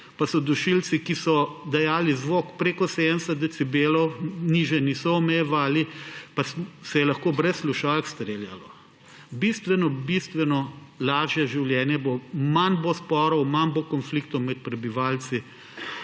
pa so bili dušilci, ki so dajali zvok preko 70 decibelov, nižje niso omejevali, pa se je lahko brez slušalk streljalo. Bistveno lažje življenje bo. Manj bo sporov, manj bo konfliktov med prebivalci